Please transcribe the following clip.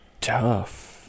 tough